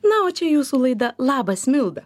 na o čia jūsų laida labas milda